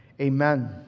Amen